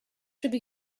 should